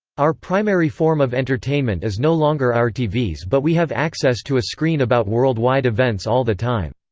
our primary form of entertainment is no longer our tvs but we have access to a screen about worldwide events all the time.